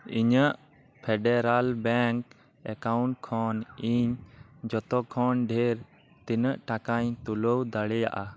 ᱤᱧᱟᱹᱜ Federal Bank account ᱠᱷᱚᱱ ᱤᱧ ᱡᱚᱛᱚ ᱠᱷᱚᱱ ᱰᱷᱮᱨ ᱛᱤᱱᱟᱹᱜ ᱴᱟᱠᱟᱧ ᱛᱩᱞᱟᱹᱣ ᱫᱟᱲᱮᱭᱟᱜᱼᱟ